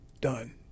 done